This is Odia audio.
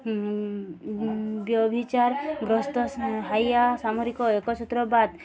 ବ୍ୟଭିଚାର ଗ୍ରସ୍ତ ହାଇଆ ସାମରିକ ଏକଛତ୍ରବାଦ